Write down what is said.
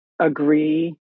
agree